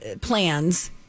plans